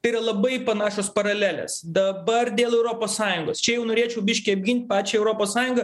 tai yra labai panašios paralelės dabar dėl europos sąjungos čia jau norėčiau biškį apgint pačią europos sąjungą